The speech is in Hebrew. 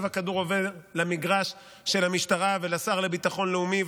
עכשיו הכדור עובר למגרש של המשטרה ולשר לביטחון לאומי,